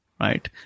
right